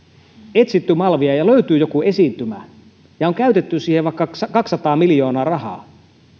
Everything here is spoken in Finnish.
etsitty malmia ja löytyy joku esiintymä ja on käytetty siihen vaikka kaksisataa miljoonaa rahaa